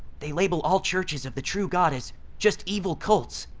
they label all churches of the true god as just evil cults.